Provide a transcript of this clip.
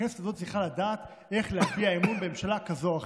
הכנסת הזאת צריכה לדעת איך להצביע אמון בממשלה כזאת או אחרת.